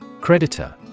Creditor